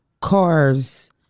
cars